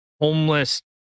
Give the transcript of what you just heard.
homeless